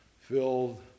filled